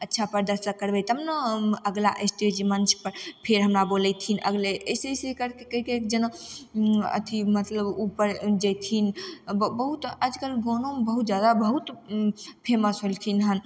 अच्छा प्रदर्शन करबय तब ने अगिला स्टेज मंचपर फेर हमरा बोलेथिन अगले अइसे अइसे करिके जेना अथी मतलब उपर जैथिन बहुत आजकल गानोमे बहुत जादा बहुत फेमस भेलखिन हन